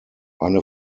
eine